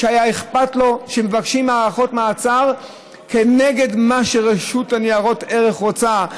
שהיה אכפת לו שמבקשים הארכות מעצר כנגד מה שרשות ניירות ערך רוצה,